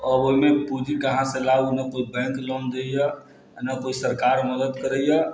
आओर ओहिमे पूँजी कहाँसँ लाउ न कोइ बैङ्क लोन दैया आ ने सरकार कोइ मदद करैया